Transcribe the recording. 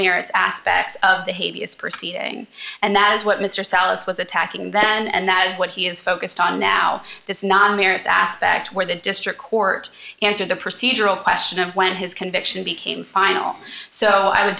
merits aspects of the hay vs proceeding and that is what mr sallis was attacking then and that is what he is focused on now this not merits aspect where the district court answered the procedural question of when his conviction became final so i would